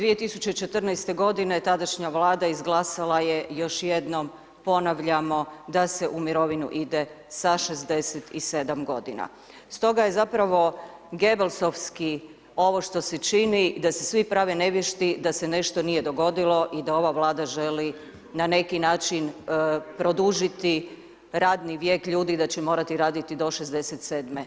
2014. godine tadašnja vlada izglasala je, još jednom ponavljamo, da se u mirovinu ide sa 67 g. Stoga je zapravo … ovo što se čini i da se svi prave nevješti da se nešto nije dogodilo i da ova Vlada želi na neki način produžiti radni vijek ljudi i da će morati raditi do 67.